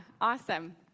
awesome